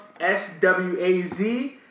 S-W-A-Z